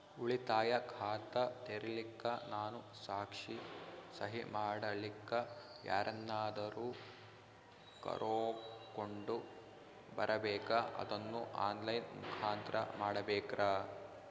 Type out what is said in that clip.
ಉಳಿತಾಯ ಖಾತ ತೆರಿಲಿಕ್ಕಾ ನಾನು ಸಾಕ್ಷಿ, ಸಹಿ ಮಾಡಲಿಕ್ಕ ಯಾರನ್ನಾದರೂ ಕರೋಕೊಂಡ್ ಬರಬೇಕಾ ಅದನ್ನು ಆನ್ ಲೈನ್ ಮುಖಾಂತ್ರ ಮಾಡಬೇಕ್ರಾ?